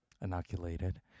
inoculated